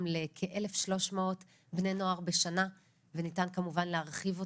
לכ-1,300 בני נוער בשנה וניתן כמובן להרחיב אותו.